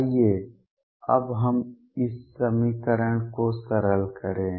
आइए अब इस समीकरण को सरल करें